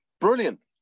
Brilliant